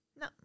No